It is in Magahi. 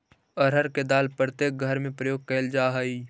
अरहर के दाल प्रत्येक घर में प्रयोग कैल जा हइ